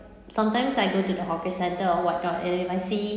sometimes I go to the hawker centre or what not and then I see